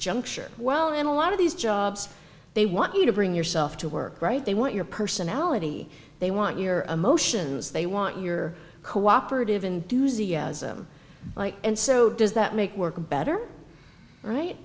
disjuncture well in a lot of these jobs they want you to bring yourself to work right they want your personality they want your emotions they want your cooperative enthusiasm and so does that make work better right